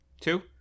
two